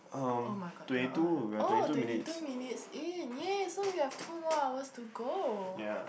[oh]-my-god they are oh twenty two minutes in yay so we have two more hours to go